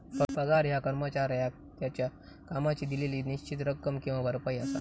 पगार ह्या कर्मचाऱ्याक त्याच्यो कामाची दिलेली निश्चित रक्कम किंवा भरपाई असा